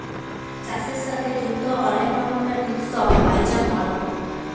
চাষের সাথে যুক্ত অলেক রকমের উৎসব হ্যয়ে যেমল